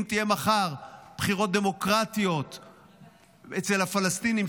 אם מחר יהיו בחירות דמוקרטיות אצל הפלסטינים,